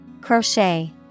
Crochet